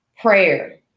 Prayer